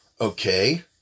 Okay